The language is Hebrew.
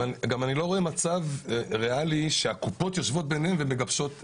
אני גם לא רואה מצב ריאלי הקופות יושבות ביניהן ומגבשות.